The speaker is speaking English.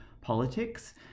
politics